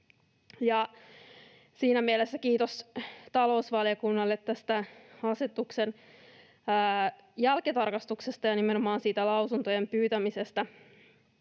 Siinä mielessä kiitos talousvaliokunnalle tästä asetuksen jälkitarkastuksesta ja nimenomaan siitä lausuntojen pyytämisestä.